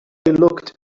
looked